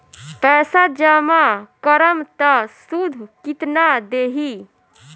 पैसा जमा करम त शुध कितना देही?